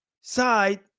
side